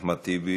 אחמד טיבי,